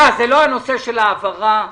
זה לא נושא ההעברה.